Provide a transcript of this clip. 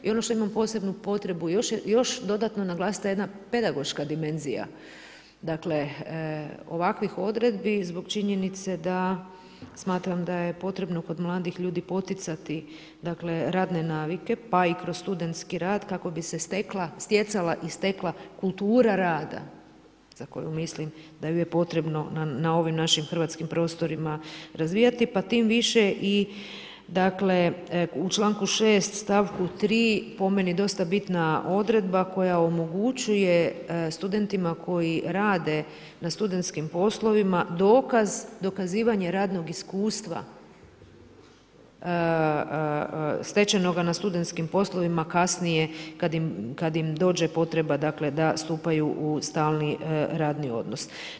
I ono što imam posebnu potrebu još dodatno naglasit je ta jedna pedagoška dimenzija ovakvih odredbi, zbog činjenice da smatram da je potrebno kod mladih ljudi poticati radne navike, pa i kroz studentski rad, kako bi se stjecala i stekla kultura rada za koju mislim da ju je potrebno na ovim našim hrvatskim prostorima razvijati pa tim više u članku 6. stavku 3. po meni dosta bitna odredba koja omogućuje studentima koji rade na studentskim poslovima dokaz, dokazivanje radnog iskustva stečenoga na studentskim poslovima kasnije kad im dođe potreba da stupaju u stalni radni odnos.